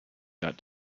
that